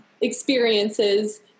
experiences